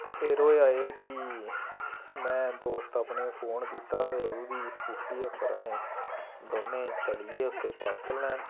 ते फिर होएआ एह् कि में दोस्त अपने गी फोन कीता ते ओह्दी स्कूटी उप्पर अस दौनें चली गे उत्थै पार्सल लैन